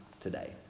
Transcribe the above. today